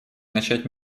начать